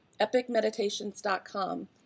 EpicMeditations.com